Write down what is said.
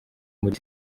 muri